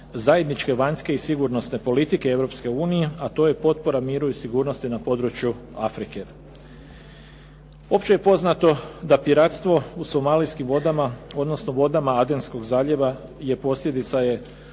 zajedničke vanjske i sigurnosne politike europske unije, a to je potpora miru i sigurnosti na području Afrike. Opće je poznato da piratstvo u Somalijskim vodama, odnosno vodama Adenskog zaljeva je posljedica 18